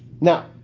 Now